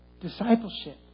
discipleship